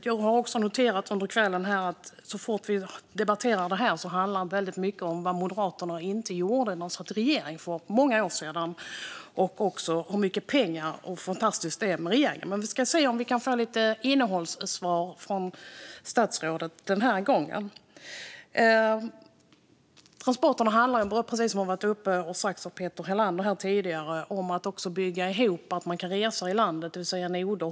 Jag har under kvällen här också noterat att det så fort vi debatterar detta handlar väldigt mycket om vad Moderaterna inte gjorde när de satt i regering för många år sedan samt om hur mycket pengar det blir och hur fantastiskt det är med den nuvarande regeringen, men vi ska se om vi kan få lite innehållssvar från statsrådet den här gången. Precis som Peter Helander sa tidigare handlar transporterna om att bygga ihop noder så att det går att resa i landet.